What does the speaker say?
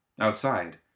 Outside